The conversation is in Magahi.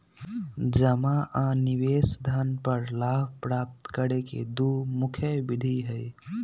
जमा आ निवेश धन पर लाभ प्राप्त करे के दु मुख्य विधि हइ